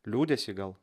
liūdesį gal